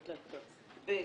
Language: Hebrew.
אני